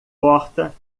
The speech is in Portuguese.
porta